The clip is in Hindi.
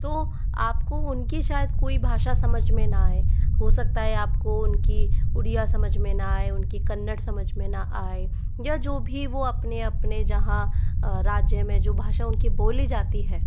तो आपको उनकी शायद कोई भाषा समझ में न आए हो सकता है आप को उनकी उड़िया समझ में न आए उन की कन्नड़ समझ में न आए या जो भी वो अपने अपने जहाँ राज्य में जो भाषा उनकी बोली जाती है